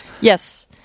yes